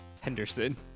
henderson